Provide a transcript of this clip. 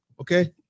Okay